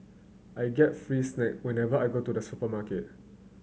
I get free snack whenever I go to the supermarket